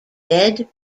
dead